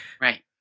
Right